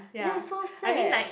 that's so sad